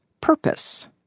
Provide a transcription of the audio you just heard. purpose